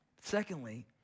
Secondly